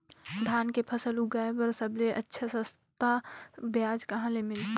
धान के फसल उगाई बार सबले अच्छा सस्ता ब्याज कहा ले मिलही?